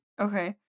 Okay